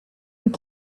you